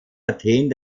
athen